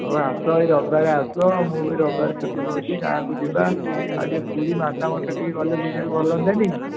ହଉ ଆସ ଏଇ ରବିବାର ଆସ ମୁଁ ବି ରବିବାର ଛୁଟି ନେଉଛି ଗାଁକୁ ଯିବା ଆଉ ପୁରୀ ମାତାମଠ ଟିକେ ଗଲେ ବୁଲିବାକୁ ଭଲ ହୁଅନ୍ତାନି